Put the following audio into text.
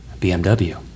BMW